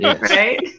Right